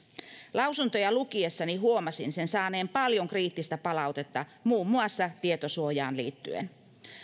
lausuntoja lukiessani huomasin sen saaneen paljon kriittistä palautetta muun muassa tietosuojaan liittyen